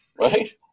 right